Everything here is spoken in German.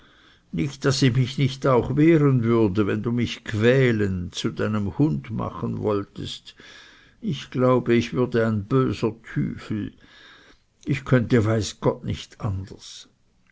nicht daß ich mich nicht auch wehren würde wenn du mich quälen zu deinem hund machen wolltest ich glaube ich würde ein böser tüfel ich könnte weiß gott nicht anders